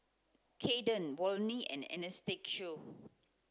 Kaiden Volney and Anastacio